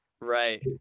Right